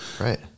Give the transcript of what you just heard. Right